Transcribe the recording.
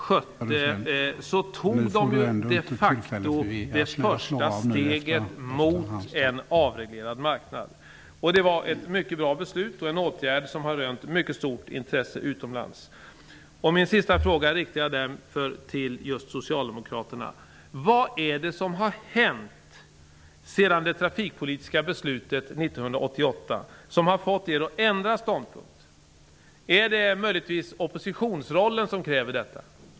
I och med det tog Socialdemokraterna det första steget mot en avreglerad marknad. Det var ett mycket bra beslut. Åtgärden har rönt mycket stort intresse utomlands. Min sista fråga riktar jag till Socialdemokraterna: Vad är det som har hänt sedan det trafikpolitiska beslutet år 1988 fattades, som har fått Socialdemokraterna att ändra ståndpunkt? Är det möjligtvis oppositionsrollen som kräver detta?